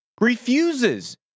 refuses